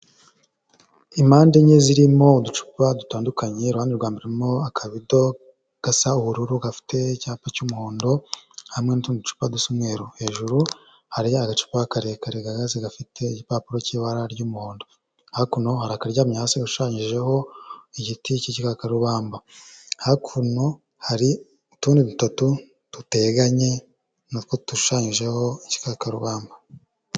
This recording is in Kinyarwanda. Impande enye zirimo uducupa dutandukanye, iruhande rwa mbere rurimo akabido gasa ubururu gafite icyapa cy'umuhondo hamwe n'utundi ducupa dusa umweru. Hejuru hari agacupa karekare gahagaze gafite igipapuro cy'ibara ry'umuhondo, hakuno hari akaryamye hasi gashushanyijeho igiti k'igikakarubamba, hakuno hari utundi dutatu duteganye n'utwo dushushanyijeho igikakarubamba.